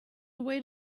away